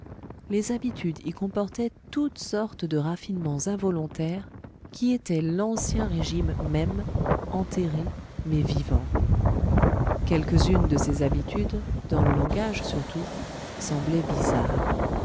les habitudes y comportaient toutes sortes de raffinements involontaires qui étaient l'ancien régime même enterré mais vivant quelques-unes de ces habitudes dans le langage surtout semblaient bizarres